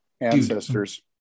ancestors